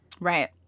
Right